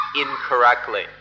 incorrectly